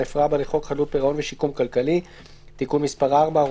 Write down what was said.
לחוק חדלות פירעון ושיקום כלכלי (תיקון מס' 4,